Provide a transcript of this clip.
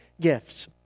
gifts